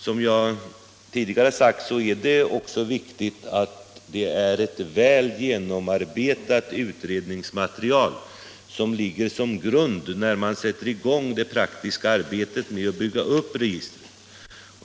Som jag tidigare sagt är det emellertid också viktigt att ett väl genomarbetat utredningsmaterial ligger som grund när man sätter i gång det praktiska arbetet med att bygga upp registret.